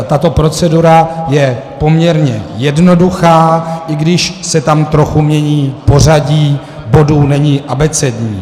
Tato procedura je poměrně jednoduchá, i když se tam trochu mění pořadí bodů, není abecední.